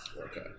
Okay